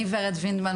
אני ורד וינדמן,